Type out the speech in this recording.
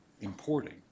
importing